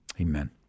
Amen